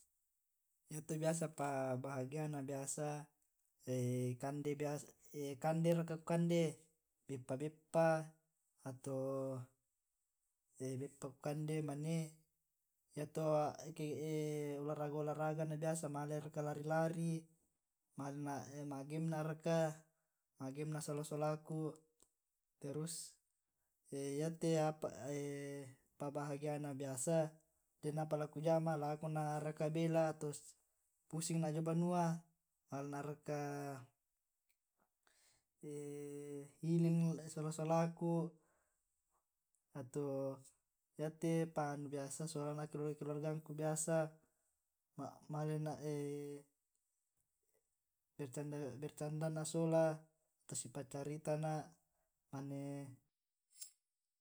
yato pa bahagiana biasa kande raka ku kande beppa beppa ato beppa kukande mane yato olahraga olahraga na biasa male raka lari lari malena' ma'game na raka, ma'game na sola solaku terus yate pabahagiana biasa ke den apa lakujama lako na raka bela' ato pusingna jio banua male na raka hiling sola solaku ato yate pa anu na biasa solana keluarga keluargaku biasa malena bercanda bercanda sola atau si paccarita na' manee